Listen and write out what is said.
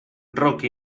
rock